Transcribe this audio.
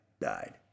died